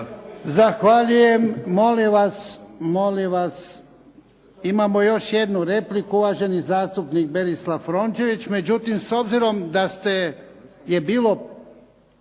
Zahvaljujem. Molim vas, imamo još jednu repliku gospodin zastupnik Berislav Rončević. Međutim, s obzirom da je bilo